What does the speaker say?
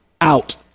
Out